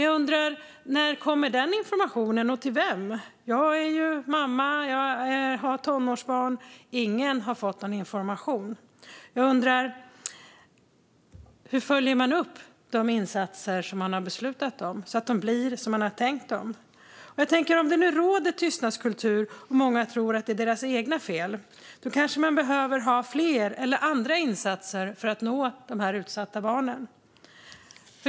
Jag undrar dock: När kommer den informationen, och till vem? Jag är mamma till tonårsbarn - ingen har fått någon information. Jag undrar också hur man följer upp de insatser man har beslutat så att de blir som man har tänkt. Om det nu råder tystnadskultur och många tror att det är deras eget fel kanske man behöver ha fler eller andra insatser för att nå de utsatta barnen.